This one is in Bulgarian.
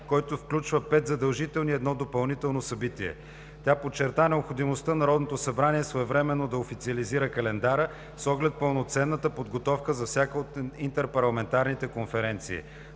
който включва пет задължителни и едно допълнително събитие. Тя подчерта необходимостта Народното събрание своевременно да официализира календара, с оглед пълноценната подготовка за всяка от интерпарламентарните конференции.